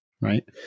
right